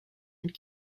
and